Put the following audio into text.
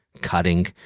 cutting